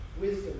Wisdom